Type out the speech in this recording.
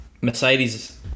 mercedes